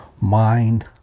Mind